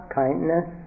kindness